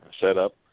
setup